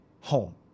home